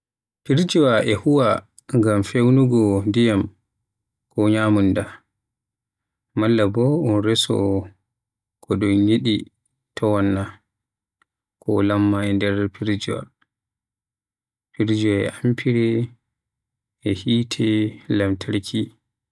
Firjiwa e huwa ngam fewnugo ndiyam ko ñyamunda. Malla bo un reso ko dun yiɗa wonna ko lamma e nder firjiwa. Firjiwa e amfira e hite lamtarki.